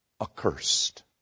accursed